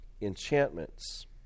enchantments